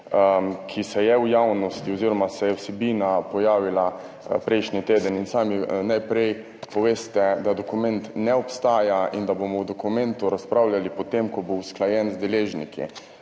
ki se je v javnosti oziroma se je vsebina pojavila prejšnji teden. Sami ste najprej povedali, da dokument ne obstaja in da bomo o dokumentu razpravljali potem, ko bo usklajen z deležniki.